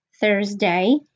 Thursday